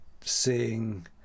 seeing